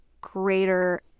greater